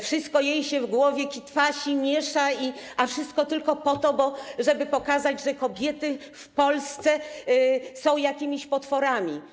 Wszystko jej się w głowie kitwasi, miesza, a wszystko tylko po to, żeby pokazać, że kobiety w Polsce są jakimiś potworami.